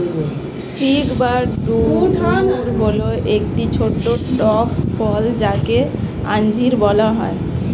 fig বা ডুমুর হল একটি ছোট্ট টক ফল যাকে আঞ্জির বলা হয়